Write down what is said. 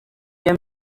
the